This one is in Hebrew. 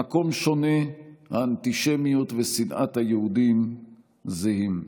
המקום שונה, האנטישמיות ושנאת היהודים זהות.